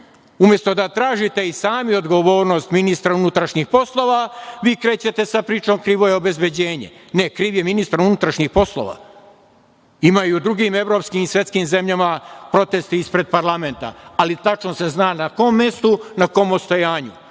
umesto da tražite i sami odgovornost ministra unutrašnjih poslova, vi krećete sa pričom – krivo je obezbeđenje. Ne, kriv je ministar unutrašnjih poslova. Ima i u drugim evropskim i svetskim zemljama protesti ispred parlamenta, ali tačno se zna na kom mestu, na kom odstojanju.